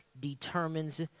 determines